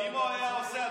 אם הוא היה עושה,